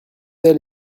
elle